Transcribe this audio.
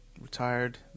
retired